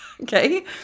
Okay